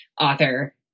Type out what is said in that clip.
author